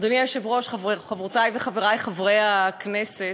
אדוני היושב-ראש, חברותי וחברי חברי הכנסת,